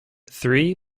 three